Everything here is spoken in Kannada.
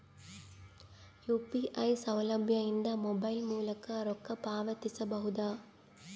ಯು.ಪಿ.ಐ ಸೌಲಭ್ಯ ಇಂದ ಮೊಬೈಲ್ ಮೂಲಕ ರೊಕ್ಕ ಪಾವತಿಸ ಬಹುದಾ?